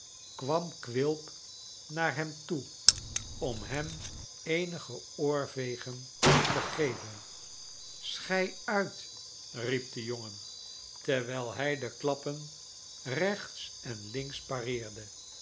kwam quilp naar hem toe om hem eenige oorvegen te geven schei uit riep de jongen terwijl hij de klappen rechts en links pareerde